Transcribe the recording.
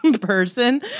person